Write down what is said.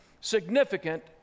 significant